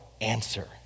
answer